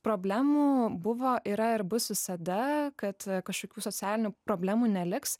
problemų buvo yra ir bus visada kad kašokių socialinių problemų neliks